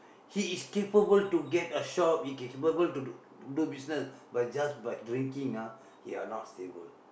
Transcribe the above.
he is capable to get a shop capable to do business but just by drinking ah you're not stable